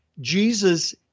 Jesus